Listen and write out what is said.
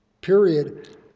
period